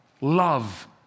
Love